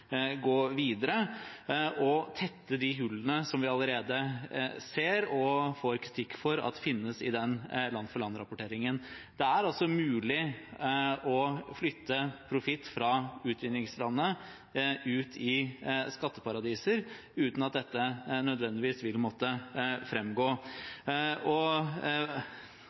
gå videre og tette de hullene som vi allerede ser finnes, og som vi får kritikk for, i land-for-land-rapporteringen. Det er altså mulig å flytte profitt fra utviklingslandene til skatteparadiser uten at dette nødvendigvis vil måtte framgå. Jeg kan ikke se hvorfor vi ikke allerede nå skal begynne den jobben og